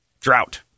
Drought